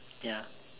ya